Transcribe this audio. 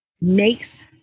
makes